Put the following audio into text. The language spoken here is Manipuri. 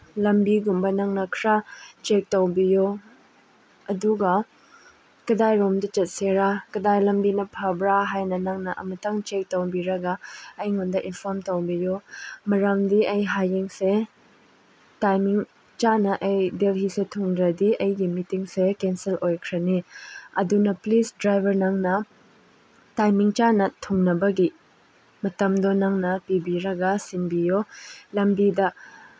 ꯂꯝꯕꯤꯒꯨꯝꯕ ꯅꯪꯅ ꯈꯔ ꯆꯦꯛ ꯇꯧꯕꯤꯌꯣ ꯑꯗꯨꯒ ꯀꯗꯥꯏꯔꯣꯝꯕꯗ ꯆꯠꯁꯤꯔ ꯀꯗꯥꯏ ꯂꯝꯕꯤꯅ ꯐꯕ꯭ꯔ ꯍꯥꯏꯅ ꯅꯪꯅ ꯑꯃꯨꯛꯇꯪ ꯆꯦꯛ ꯇꯧꯕꯤꯔꯒ ꯑꯩꯉꯣꯟꯗ ꯏꯟꯐꯣꯔꯝ ꯇꯧꯕꯤꯌꯨ ꯃꯔꯝꯗꯤ ꯑꯩ ꯍꯌꯦꯡꯁꯦ ꯇꯥꯏꯃꯤꯡ ꯆꯥꯅ ꯑꯩ ꯗꯦꯜꯍꯤꯁꯦ ꯊꯨꯡꯗ꯭ꯔꯗꯤ ꯑꯩꯒꯤ ꯃꯤꯇꯤꯡꯁꯦ ꯀꯦꯟꯁꯦꯜ ꯑꯣꯏꯈ꯭ꯔꯅꯤ ꯑꯗꯨꯅ ꯄ꯭ꯂꯤꯁ ꯗ꯭ꯔꯥꯏꯚꯔ ꯅꯪꯅ ꯇꯥꯏꯃꯤꯡ ꯆꯥꯅ ꯊꯨꯡꯅꯕꯒꯤ ꯃꯇꯝꯗꯣ ꯅꯪꯅ ꯄꯤꯕꯤꯔꯒ ꯁꯤꯟꯕꯤꯌꯣ ꯂꯝꯕꯤꯗ